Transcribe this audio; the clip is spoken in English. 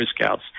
Scouts